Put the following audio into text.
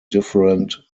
different